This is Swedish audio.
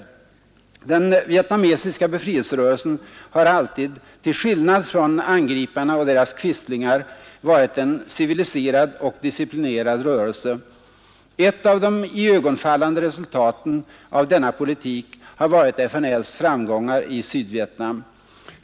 Den vietnamesiska befrielserörelsen har alltid, till skillnad från angriparna och deras quislingar, varit en civiliserad och disciplinerad rörelse. Ett av de iögonfallande resultaten av denna politik har varit FNL:s framgångar i Sydvietnam.